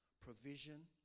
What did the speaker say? provision